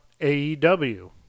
AEW